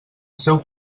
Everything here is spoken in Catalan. seu